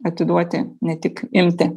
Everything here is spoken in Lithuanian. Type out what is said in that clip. atiduoti ne tik imti